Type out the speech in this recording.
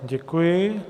Děkuji.